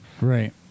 Right